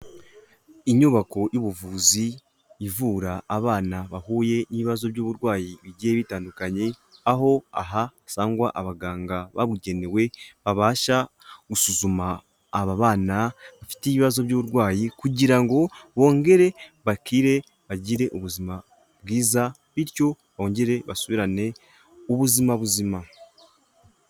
Inyubako y'ubuvuzi ivura abana bahuye n'ibibazo by'uburwayi bigiye bitandukanye, aho aha hasangwa abaganga babugenewe babasha gusuzuma aba bana bafite ibibazo by'uburwayi kugira ngo bongere bakire bagire ubuzima bwiza, bityo bongere basubirane ubuzima buzima.